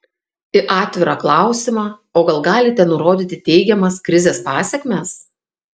į atvirą klausimą o gal galite nurodyti teigiamas krizės pasekmes